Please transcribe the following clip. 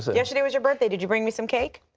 so yesterday was your birthday. did you bring me some cake